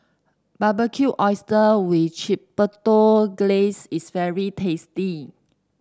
Barbecued Oysters with Chipotle Glaze is very tasty